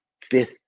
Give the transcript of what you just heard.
fifth